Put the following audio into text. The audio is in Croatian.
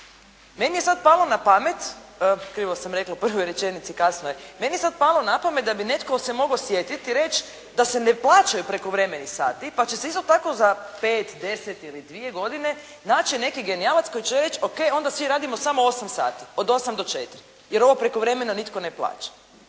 Meni je sada palo na pamet, krivo sam rekla u prvoj rečenici, kasno je meni je sada palo na pamet da bi netko se mogao sjetiti i reći da se ne plaćaju prekovremeni sati, pa će se isto tako za pet, deset ili dvije godine naći neki genijalac koji će reći O.k. onda svi radimo samo osam sati. Od osam do četiri, jer ovo prekovremeno nitko ne plaća.